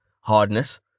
Hardness